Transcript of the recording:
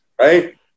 right